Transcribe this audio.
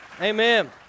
Amen